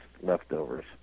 Leftovers